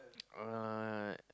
uh